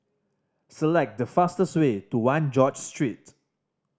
select the fastest way to One George Street